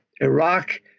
Iraq